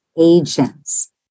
agents